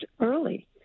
early